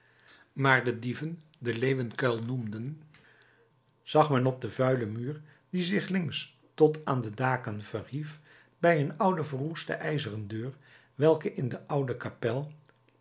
maar de dieven den leeuwenkuil noemden zag men op den vuilen muur die zich links tot aan de daken verhief bij een oude verroeste ijzeren deur welke in de oude kapel